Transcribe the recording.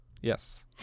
Yes